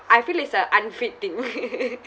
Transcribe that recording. I feel is a unfit thing